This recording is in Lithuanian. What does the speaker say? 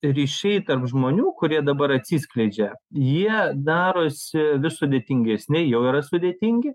ryšiai tarp žmonių kurie dabar atsiskleidžia jie darosi vis sudėtingesni jau yra sudėtingi